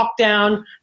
lockdown